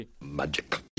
Magic